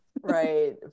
Right